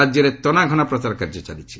ରାଜ୍ୟରେ ତନାଘନା ପ୍ରଚାର କାର୍ଯ୍ୟ ଚାଲିଛି